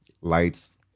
lights